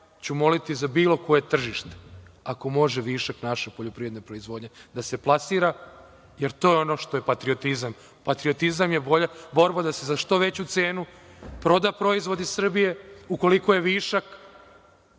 ću moliti za bilo koje tržište ako može višak naše proizvodnje da se plasira, jer to je ono što je patriotizam. Patriotizam je borba da se za što veću cenu proda proizvod iz Srbije ukoliko je višak,